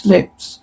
Lips